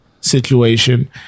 situation